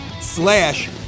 slash